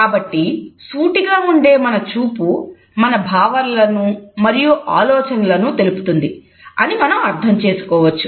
కాబట్టి సూటిగా ఉండే మన చూపు మన భావనలను మరియు ఆలోచనలను తెలుపుతుంది అని మనం అర్థం చేసుకోవచ్చు